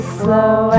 slow